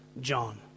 John